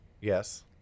yes